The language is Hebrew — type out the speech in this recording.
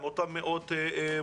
עם אותם מאות מורים,